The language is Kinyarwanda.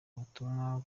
ubutumwa